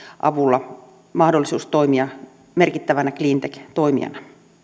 avulla mahdollisuus toimia merkittävänä cleantech toimijana